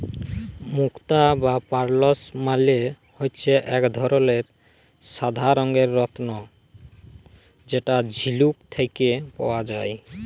মুক্ত বা পার্লস মালে হচ্যে এক ধরলের সাদা রঙের রত্ন যেটা ঝিলুক থেক্যে পাওয়া যায়